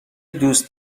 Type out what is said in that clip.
دوست